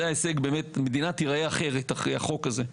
זה ההישג באמת, המדינה תיראה אחרת אחרי החוק הזה.